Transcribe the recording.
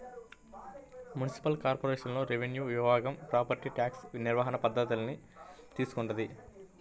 municipal కార్పొరేషన్లోని revenue విభాగం property tax నిర్వహణ బాధ్యతల్ని తీసుకుంటది